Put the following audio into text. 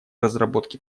разработке